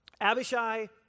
Abishai